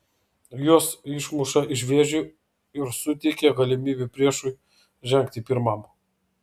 jos išmuša iš vėžių ir suteikia galimybę priešui žengti pirmam